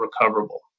recoverable